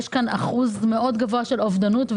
אחוז מאוד גבוה של אובדנות.